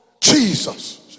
Jesus